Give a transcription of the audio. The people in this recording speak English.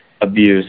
Abuse